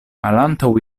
malantaŭ